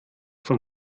von